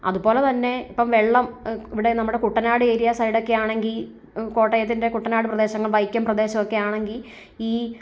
അതുപോലെ തന്നെ ഇപ്പം വെള്ളം ഇവിടെ നമ്മുടെ കൂട്ടനാട് ഏരിയാ സൈഡൊക്കെ ആണെങ്കിൽ കോട്ടയത്തിൻ്റെ കുട്ടനാട് പ്രദേശം വൈക്കം പ്രദേശം ഒക്കെ ആണെങ്കിൽ